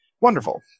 Wonderful